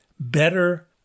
better